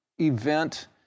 event